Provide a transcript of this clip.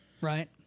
Right